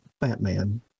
Batman